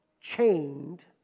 chained